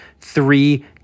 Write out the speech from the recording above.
three